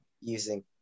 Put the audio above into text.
using